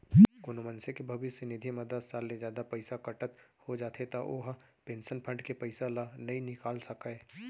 कोनो मनसे के भविस्य निधि म दस साल ले जादा पइसा कटत हो जाथे त ओ ह पेंसन फंड के पइसा ल नइ निकाल सकय